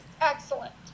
Excellent